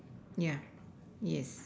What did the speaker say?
ya yes